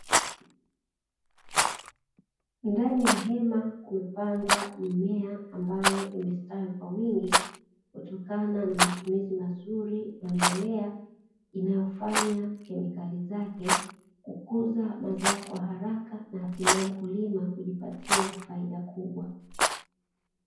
Ndani ya hema kumepandwa mimea ambayo imestawi kwa wingi, kutokana na matumizi mazuri ya mbolea, inayofanya kemikali zake kukuza mazao kwa haraka na hatimaye mkulima kujipatia faida kubwa.